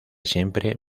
siempre